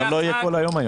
אני גם לא אהיה כל היום.